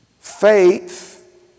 Faith